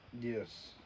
Yes